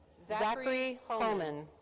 zachary homan.